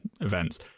events